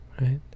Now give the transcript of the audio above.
right